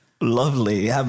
Lovely